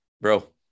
bro